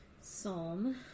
Psalm